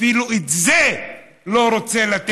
אפילו את זה לא רוצה לתת להם.